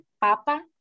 papa